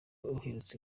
uherutse